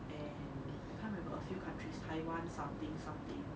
and I can't remember a few countries taiwan something something